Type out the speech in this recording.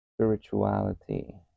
spirituality